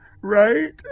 Right